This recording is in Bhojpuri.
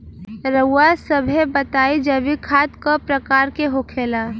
रउआ सभे बताई जैविक खाद क प्रकार के होखेला?